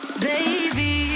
baby